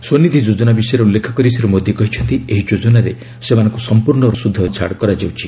ସ୍ୱନିଧି ଯୋଜନା ବିଷୟରେ ଉଲ୍ଲେଖ କରି ଶ୍ରୀ ମୋଦୀ କହିଛନ୍ତି ଏହି ଯୋଜନାରେ ସେମାନଙ୍କୁ ସମ୍ପୂର୍ଣ୍ଣ ସୁଧ ଛାଡ଼ କରାଯାଉଛି